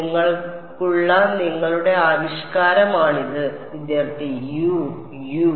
നിങ്ങൾക്കുള്ള നിങ്ങളുടെ ആവിഷ്കാരമാണിത് വിദ്യാർത്ഥി യു യു